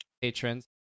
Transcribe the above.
patrons